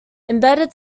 embedded